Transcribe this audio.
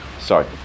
sorry